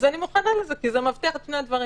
אני מוכנה לזה, כי זה מבטיח את שני הדברים.